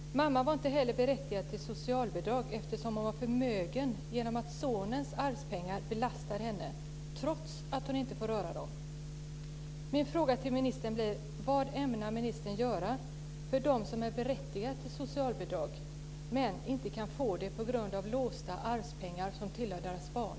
Mamman var inte heller berättigad till socialbidrag eftersom hon var förmögen i och med att sonens arvspengar belastar henne trots att hon inte får röra dem. Min fråga till ministern blir: Vad ämnar ministern göra för dem som är berättigade till socialbidrag men inte kan få det på grund av låsta arvspengar som tillhör deras barn?